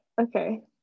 okay